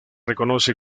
reconoce